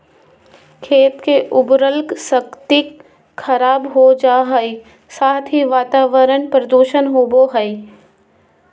खेत के उर्वरा शक्ति खराब हो जा हइ, साथ ही वातावरण प्रदूषित होबो हइ